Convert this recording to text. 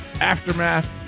Aftermath